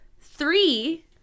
three